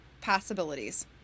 possibilities